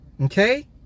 okay